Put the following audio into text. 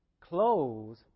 clothes